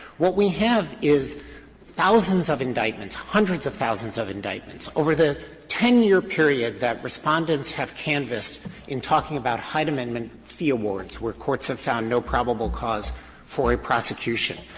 what we have is thousands of indictments, hundreds of thousands of indictments over the ten year period that respondents have canvassed in talking about hyde amendment fee awards where courts have found no probable cause for a prosecution.